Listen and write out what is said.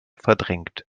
verdrängt